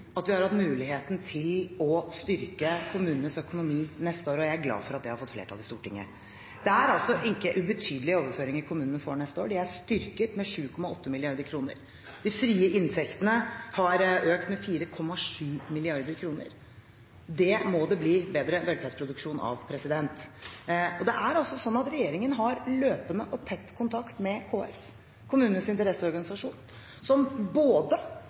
at vi har hatt muligheten til å styrke kommunenes økonomi neste år, og jeg er glad for at det har fått flertall i Stortinget. Det er altså ikke ubetydelige overføringer kommunene får neste år. De er styrket med 7,8 mrd. kr. De frie inntektene har økt med 4,7 mrd. kr. Det må det bli bedre velferdsproduksjon av. Det er altså sånn at regjeringen har løpende og tett kontakt med KS, kommunenes interesseorganisasjon, som både